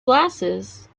glasses